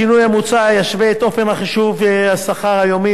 השינוי המוצע ישווה את אופן חישוב השכר היומי